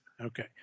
okay